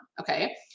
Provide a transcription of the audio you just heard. Okay